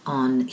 on